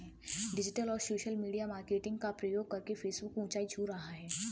digital और social media marketing का प्रयोग करके फेसबुक ऊंचाई छू रहा है